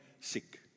sick